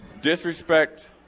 disrespect